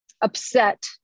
upset